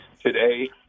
today